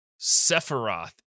Sephiroth